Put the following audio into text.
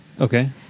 Okay